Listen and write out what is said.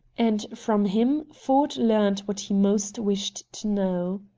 and from him ford learned what he most wished to know.